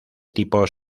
tipos